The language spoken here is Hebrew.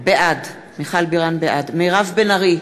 בעד מירב בן ארי,